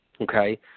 Okay